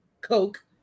Coke